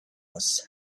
must